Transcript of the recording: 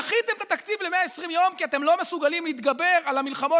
דחיתם את התקציב ב-120 יום כי אתם לא מסוגלים להתגבר על המלחמות